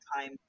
time